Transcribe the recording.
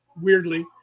weirdly